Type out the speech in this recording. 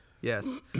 Yes